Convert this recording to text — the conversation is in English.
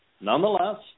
Nonetheless